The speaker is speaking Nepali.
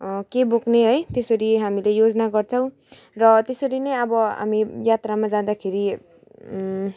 के बोक्ने है त्यसरी हामीले योजना गर्छौँ र त्यसरी नै अब हामी यात्रामा जाँदाखेरि